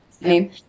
name